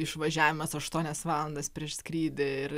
išvažiavimas aštuonias valandas prieš skrydį ir